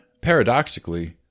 paradoxically